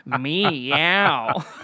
Meow